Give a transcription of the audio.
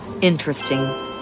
interesting